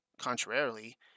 Contrarily